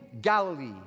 Galilee